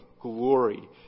glory